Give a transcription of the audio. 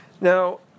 Now